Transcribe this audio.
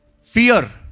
Fear